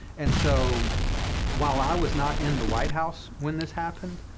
and so while i was not in the white house when this happened,